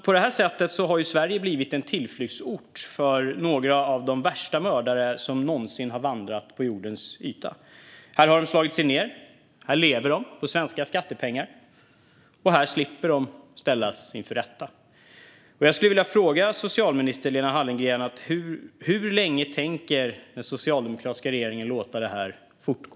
På detta sätt, herr talman, har Sverige blivit en tillflyktsort för några av de värsta mördare som någonsin har vandrat på jordens yta. Här har de slagit sig ned, här lever de på svenska skattepengar och här slipper de ställas inför rätta. Jag skulle vilja fråga socialminister Lena Hallengren: Hur länge tänker den socialdemokratiska regeringen låta detta fortgå?